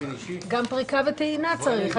גם פריקה וטעינה צריך.